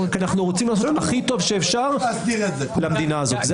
אנחנו רוצים לעשות הכי טוב שאפשר למדינה הזאת.